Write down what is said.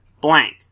blank